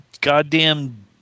goddamn